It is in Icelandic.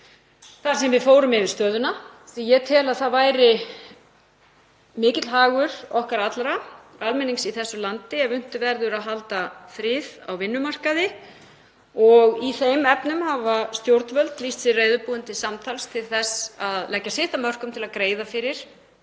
þar sem við fórum yfir stöðuna því að ég tel að það væri mikill hagur okkar allra, almennings í þessu landi, ef unnt væri að halda frið á vinnumarkaði. Í þeim efnum hafa stjórnvöld lýst sig reiðubúin til samtals, til þess að leggja sitt af mörkum til að greiða fyrir